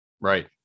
Right